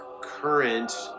current